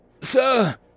Sir